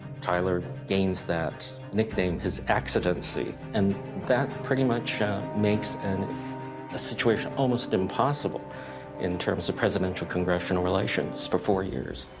tyler gains that nickname, his accidency, and that pretty much makes a situation almost impossible in terms of presidential-congressional relations for four years.